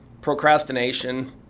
Procrastination